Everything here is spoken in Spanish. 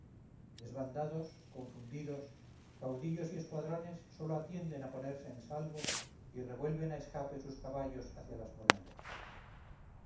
desbandados confundidos caudillos y escuadrones sólo atienden a ponerse en salvo y revuelven a escape sus caballos hacia las murallas